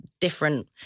different